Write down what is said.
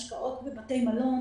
השקעות בבתי מלון